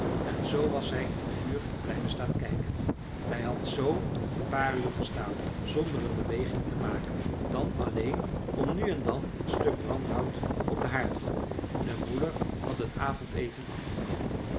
en zoo was hij in t vuur blijven staan kijken hij had zoo een paar uur gestaan zonder een beweging te maken dan alleen om nu en dan een stuk brandhout op den haard te gooien de moeder had het avondeten afgenomen